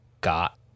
got